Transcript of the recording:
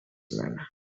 manner